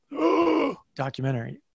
documentary